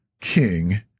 king